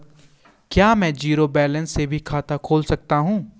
क्या में zero balance से भी खाता खोल सकता हूँ?